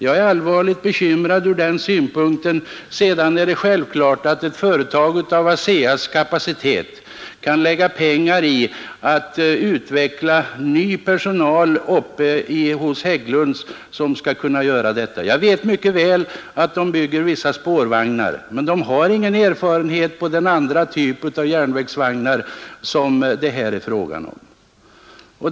Jag är allvarligt bekymrad för detta. Det är självklart att ett företag av ASEA:s kapacitet kan lägga ned pengar på att utbilda ny personal hos Hägglunds för detta ändamål. Jag vet mycket väl att man där bygger spårvagnar. Men man har ingen erfarenhet av den typ av järnvägsvagnar som det här är fråga om.